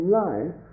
life